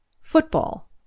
Football